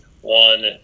one